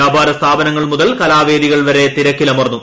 വ്യാപാര സ്ഥാപനങ്ങൾ മുതൽ കലാവേദികൾ വരെ തിരക്കിലമർന്നു